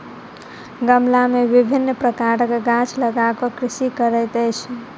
गमला मे विभिन्न प्रकारक गाछ लगा क कृषि करैत अछि